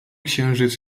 księżyc